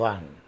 One